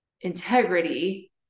integrity